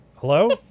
Hello